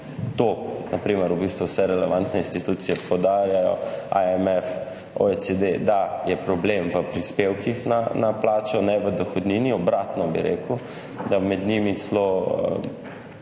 To na primer v bistvu vse relevantne institucije podarjajo, AMF, OECD, da je problem v prispevkih na plačo ne v dohodnini, obratno bi rekel, da med njimi celo